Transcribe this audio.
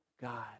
God